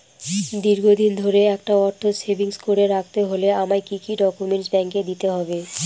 দীর্ঘদিন ধরে একটা অর্থ সেভিংস করে রাখতে হলে আমায় কি কি ডক্যুমেন্ট ব্যাংকে দিতে হবে?